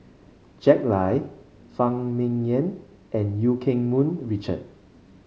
Jack Lai Phan Ming Yen and Eu Keng Mun Richard